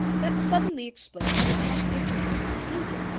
that suddenly explained all the contradictions in his behavior.